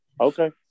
Okay